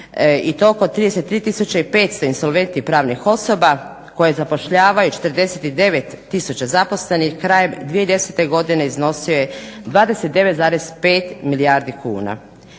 33 tisuće i 500 insolventnih pravnih osoba, koje zapošljavaju 49 tisuća zaposlenih, krajem 2010. godine iznosio je 29,5 milijardi kuna.